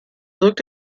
looked